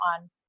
on